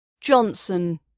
Johnson